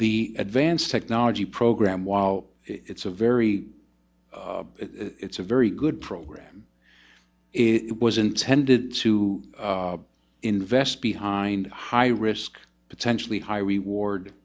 the advanced technology program while it's a very it's a very good program it was intended to invest behind high risk potentially high reward